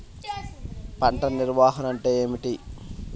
పంట నిర్వాహణ అంటే ఏమిటి?